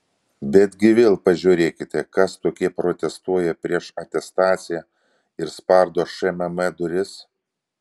betgi vėl pažiūrėkite kas tokie protestuoja prieš atestaciją ir spardo šmm duris